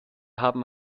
haben